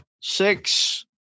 six